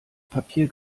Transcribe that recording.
papier